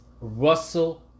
Russell